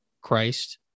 Christ